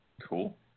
cool